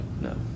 No